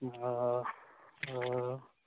ओऽ ओऽ